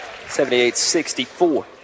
78-64